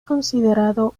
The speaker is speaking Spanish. considerado